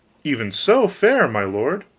even so, fair my lord.